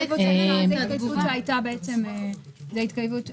זה התכתבות שהייתה בעצם בין הגורמים.